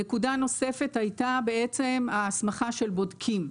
נקודה נוספת הייתה בעצם ההסמכה של בודקים.